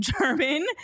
german